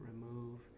remove